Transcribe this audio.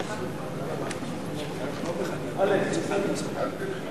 (תיקון מס' 40) (הגבלת זכות המנהל הכללי להיבחר),